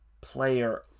player